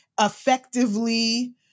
effectively